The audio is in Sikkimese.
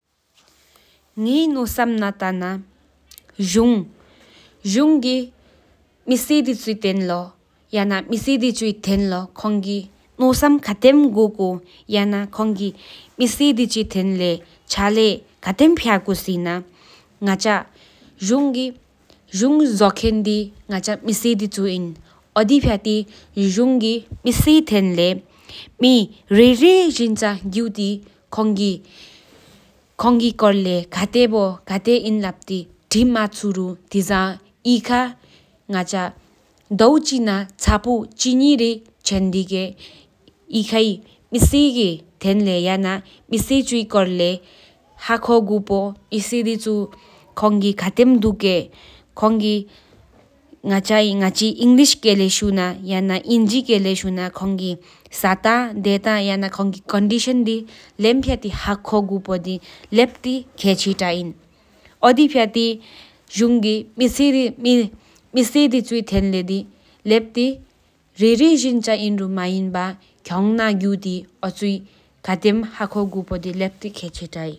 ངེ་ནོསམ་ན་ཏ་ན་དྲུང་གི་མེ་སེ་ཐན་ལོ་ཁོང་གི་ནོསམ་ཁ་ཐེམ་གུ་ཀུ་ཡན་ན་མེ་སེ་དེ་ཆུའི་ཐན་ཆ་ལེས་ཁ་ཐེམ་ཕྱ་གུ་སེ་ན་དྲུང་ཇོ་ཁེན་དི་ང་ཅ་མེ་སེ་དེ་ཆུ་འིན། དྲུང་གི་མེ་སེ་རི་རི་ཅིན་ཐན་ལེས་ཐི་མསུ་རི་ཐེས་བར་དོ་ཉི་ན་ཅམ་པོ་ཉི་ངེ་རི་ཅན་དི་སྣ་མེ་སེ་ཁོར་ལེས་ཁ་ཧོ་གུ་པོ་དི་ལེབ་ཏི་ར་ཁེ་ཅི་ཏ་ཧེ། དི་ཅི་ཀོ་མེན་པ་ཁོང་གི་མེ་སེ་ཐན་ལེས་གཡོ་ཀེབ་བོ་ཅི་ངེ་ཕུ་གུ་བུ་ཡ་ལེབ་ཏི་ཁེ་ཅི་ཏ་ཧེ།